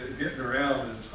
getting around